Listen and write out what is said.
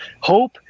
hope